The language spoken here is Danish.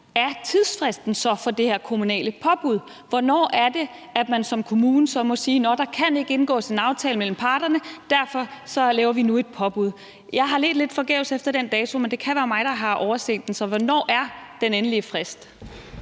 hvornår tidsfristen så er for de her kommunale påbud. Hvornår er det, at man som kommune så må sige: Nå, der kan ikke indgås en aftale mellem parterne, så derfor laver vi nu et påbud? Jeg har ledt lidt forgæves efter den dato, men det kan være mig, der har overset den, så hvornår er den endelige frist?